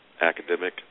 academic